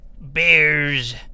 bears